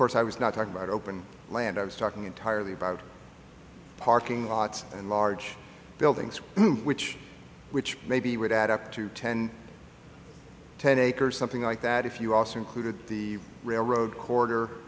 course i was not talking about open land i was talking entirely about parking lots and large buildings which which maybe would add up to ten ten acres something like that if you also included the railroad